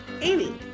Amy